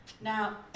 Now